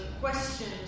questions